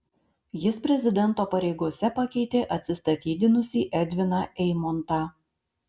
jis prezidento pareigose pakeitė atsistatydinusį edviną eimontą